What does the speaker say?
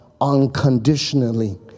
unconditionally